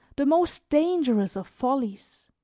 the most dangerous of follies.